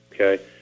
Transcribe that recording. okay